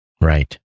Right